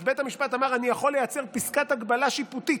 אז בית המשפט אמר: אני יכול לייצר פסקת הגבלה שיפוטית,